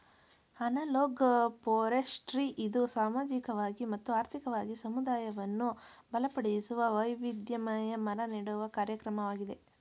analog forestry ಇದು ಸಾಮಾಜಿಕವಾಗಿ ಮತ್ತು ಆರ್ಥಿಕವಾಗಿ ಸಮುದಾಯವನ್ನು ಬಲಪಡಿಸುವ, ವೈವಿಧ್ಯಮಯ ಮರ ನೆಡುವ ಕಾರ್ಯಕ್ರಮವಾಗಿದೆ